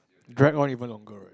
drag on even longer right